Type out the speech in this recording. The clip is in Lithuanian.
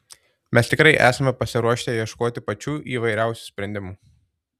mes tikrai esame pasiruošę ieškoti pačių įvairiausių sprendimų